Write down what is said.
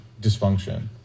dysfunction